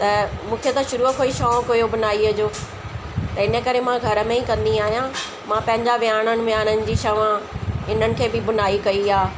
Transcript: त मूंखे त शुरूअ खो ई शौंक़ु हुयो बुनाईअ जो त इन करे मां घर में ई कंदी आहियां मां पंहिंजा विहाणन विहाणन जी छव इन्हनि खे बि बुनाई कई आहे